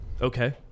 okay